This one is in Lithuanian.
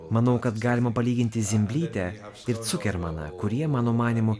manau kad galima palyginti zimblytę ir cukermaną kurie mano manymu